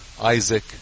Isaac